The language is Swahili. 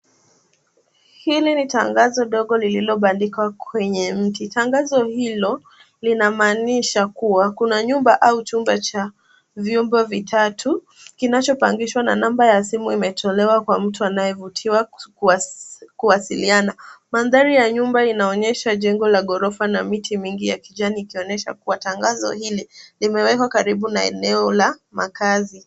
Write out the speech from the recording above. Hili ni tangazo dogo lililobandikwa kwenye mti. Tangazo hilo linamaanisha kuwa kuna nyumba au chumba cha vyumba vitatu kinachopangishwa na namba ya simu imetolewa kwa mtu anayevutiwa kuwasiliana. Mandhari ya nyumba inaonyesha jengo la ghorofa na miti mingi ya kijani, ikionyesha kuwa tangazo hili limewekwa karibu na eneo la makazi.